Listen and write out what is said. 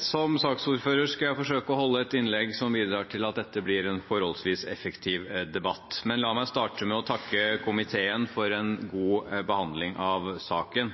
Som saksordfører skal jeg forsøke å holde et innlegg som bidrar til at dette blir en forholdsvis effektiv debatt. La meg starte med å takke komiteen for en god behandling av saken.